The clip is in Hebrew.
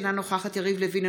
אינה נוכחת יריב לוין,